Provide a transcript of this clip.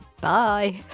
Bye